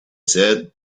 said